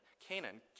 Canaan